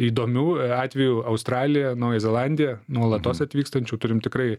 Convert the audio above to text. įdomių atvejų australija nauja zelandija nuolatos atvykstančių turim tikrai